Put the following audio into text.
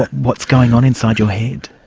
what's going on inside your head?